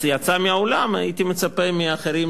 יצא מהאולם, הייתי מצפה מאחרים